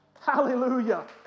Hallelujah